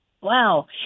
Wow